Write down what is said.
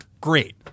great